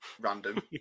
Random